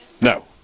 no